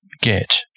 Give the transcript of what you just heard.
get